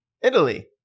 Italy